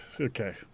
okay